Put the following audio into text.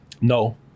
No